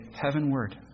heavenward